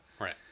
Right